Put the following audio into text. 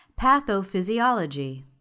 Pathophysiology